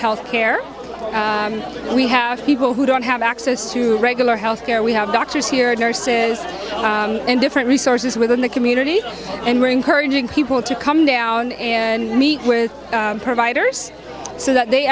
health care we have people who don't have access to regular health care we have doctors here and nurses and different resources within the community and we're encouraging people to come down and meet with providers so that they